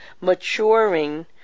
maturing